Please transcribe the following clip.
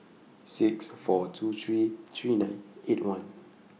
six four two three three nine eight one